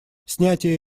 снятие